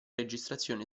registrazioni